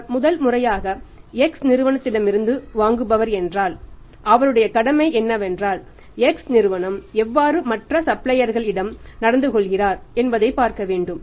அவர் முதல் முறையாக X நிறுவனத்திலிருந்து வாங்குபவர் என்றால் அவருடைய கடமை என்னவென்றால் X நிறுவனம் எவ்வாறு மற்ற சப்ளையர்கள் இடம் நடந்துகொள்கிறார் என்பதை பார்க்க வேண்டும்